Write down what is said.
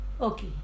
okay